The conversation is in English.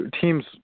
teams